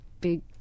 big